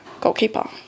goalkeeper